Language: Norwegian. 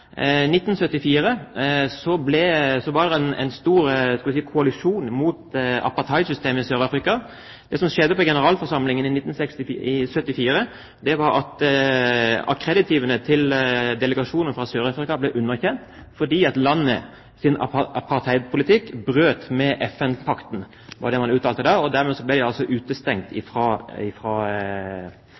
var det en stor koalisjon mot apartheidsystemet i Sør-Afrika. Det som skjedde på generalforsamlingen i 1974, var at akkreditivene til delegasjonen fra Sør-Afrika ble underkjent fordi landets apartheidpolitikk brøt med FN-pakten. Det var det man uttalte da, og dermed ble landet altså utestengt fra